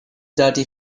dirty